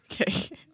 Okay